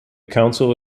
council